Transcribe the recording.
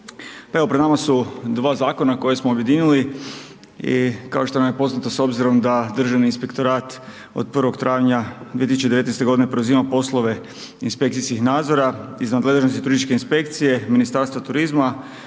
evo pred nama su dva zakona koje smo objedinili i kao što nam je poznato s obzirom da Državni inspektorat od 1. travnja 2019. g. preuzima poslove inspekcijskih nadzora iz nadležnosti turističke inspekcije Ministarstva turizma,